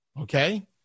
Okay